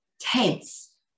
tense